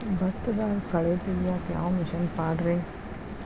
ಭತ್ತದಾಗ ಕಳೆ ತೆಗಿಯಾಕ ಯಾವ ಮಿಷನ್ ಪಾಡ್ರೇ?